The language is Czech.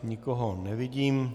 Nikoho nevidím.